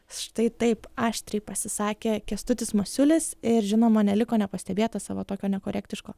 štai taip aštriai pasisakė kęstutis masiulis ir žinoma neliko nepastebėta savo tokio nekorektiško